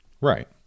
Right